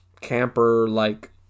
camper-like